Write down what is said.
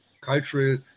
cultural